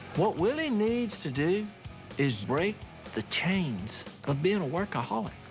what willie needs to do is break the chains of being a workaholic.